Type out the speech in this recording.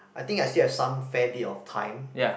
I think I still have some fair bit of time